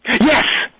Yes